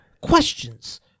questions